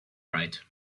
right